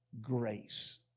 grace